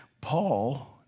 Paul